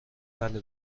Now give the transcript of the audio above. بله